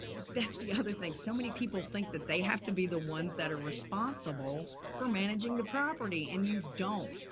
that's the other thing. so many people think that they have to be the ones that are responsible for managing the property and you don't.